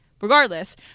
Regardless